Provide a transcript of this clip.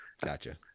Gotcha